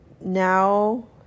now